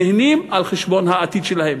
נהנים על חשבון העתיד שלהם.